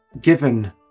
given